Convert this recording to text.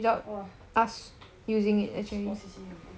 !wah! sports C_C_A 很贵